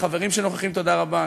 החברים שנוכחים, תודה רבה.